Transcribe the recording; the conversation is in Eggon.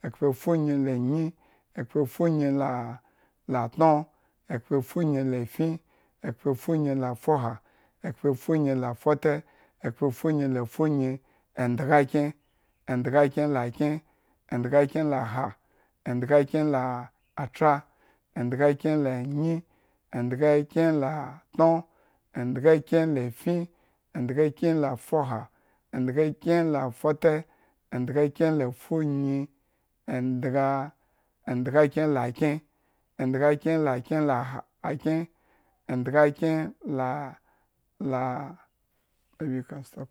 Ekhpefunyi la nyi, ekhpefunyi la latno, ekhpefunyi lafin, ekhpefunyi lafoha, ekhpefunyi lafote, ekhpefunyi lafunyi, endgakyen, endgakyen lakyen, endgakyen laha, endgakyen latra, endgakyen lanyi, endgakyen latno, endgakyen lafin, endgakyen lafoha, endgakyen lafote, endgakyen lafunyi, endgaa endgakyen la kyen, endgakyen la kyen akyen endgakyen laa laa.